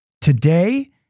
today